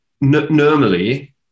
normally